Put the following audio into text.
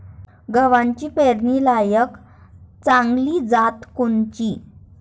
गव्हाची पेरनीलायक चांगली जात कोनची?